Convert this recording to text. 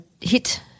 hit